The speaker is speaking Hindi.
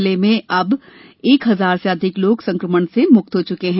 जिले में अब तक एक हजार से अधिक लोग संकमण से मुक्त हो चुके हैं